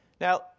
Now